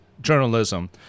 journalism